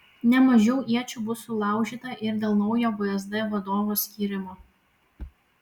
ne mažiau iečių bus sulaužyta ir dėl naujo vsd vadovo skyrimo